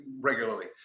regularly